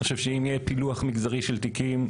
אני חושב שאם יהיה פילוח מגזרי של תיקים,